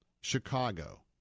Chicago